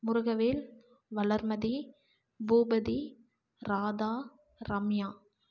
Murugavel Valarmathi Boopathi Radha Ramya